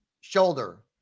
shoulder